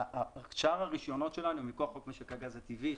שאר הרישיונות שלנו מכוח חוק משק הגז הטבעי.